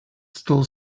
still